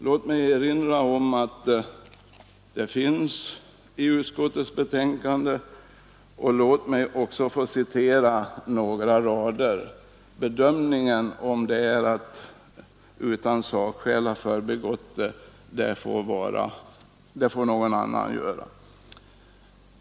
Låt mig därför få citera några rader ur utskottets betänkande — bedömningen om utskottet utan bärande sakskäl har förbigått det väsentliga får någon annan göra.